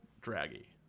draggy